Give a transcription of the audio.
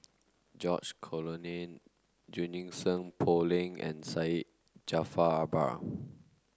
George Collyer Junie Sng Poh Leng and Syed Jaafar Albar